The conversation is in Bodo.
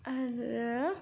आरो